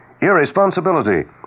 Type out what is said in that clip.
irresponsibility